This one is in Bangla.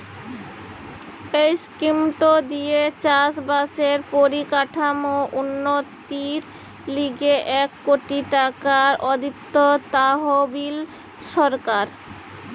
এই স্কিমটো দিয়ে চাষ বাসের পরিকাঠামোর উন্নতির লিগে এক কোটি টাকা অব্দি তহবিল সরকার দিতেছে